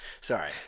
sorry